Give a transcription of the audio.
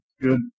good